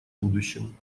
будущем